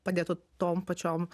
padėtų tom pačiom